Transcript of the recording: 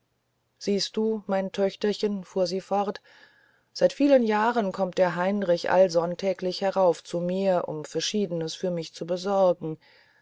siehst du mein töchterchen fuhr sie fort seit vielen jahren kommt der heinrich allsonntäglich herauf zu mir um verschiedenes für mich zu besorgen